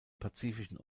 pazifischen